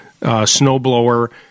snowblower